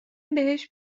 بهش